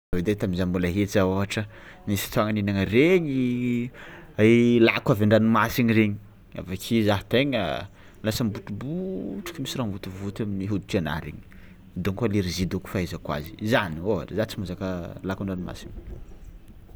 De tam'za mbôla hely za ôhatra nisy fotoagna nihinagna regny lako avy an-dranomasigny regny avy ake za tegna lasa mibotrobotroky misy raha mivontovonto amin'ny hoditrianahy regny dônko alerzia dônko fahaizako azy, zany ôhatra za tsy mahazaka lako an-dranomasigna.